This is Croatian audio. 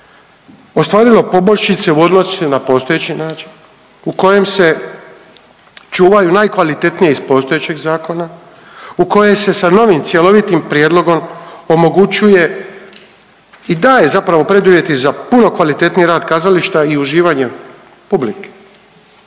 ostvarilo poboljšice u odnosu na postojeći način u kojem se čuvaju najkvalitetnije iz postojećeg zakona, u koje se sa novim cjelovitim prijedlogom omogućuje i daje zapravo preduvjet i za puno kvalitetniji rad kazališta u uživanjem publike.